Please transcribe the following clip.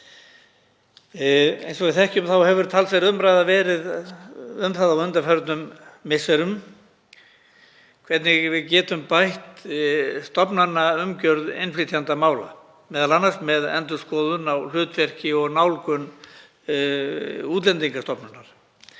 Eins og við þekkjum hefur talsverð umræða verið um það á undanförnum misserum hvernig við getum bætt stofnanaumgjörð innflytjendamála, m.a. með endurskoðun á hlutverki og nálgun Útlendingastofnunar.